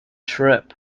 trip